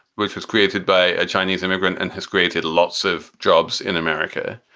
which was created by a chinese immigrant and has created lots of jobs in america.